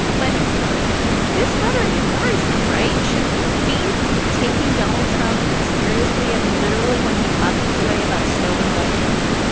but this rhetoric is worrisome, right? should we be taking donald trump seriously and literally when he talks this way about stolen elections?